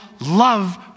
love